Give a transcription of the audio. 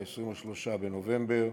23 בנובמבר.